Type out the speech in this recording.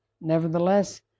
Nevertheless